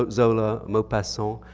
but zola, maupassant,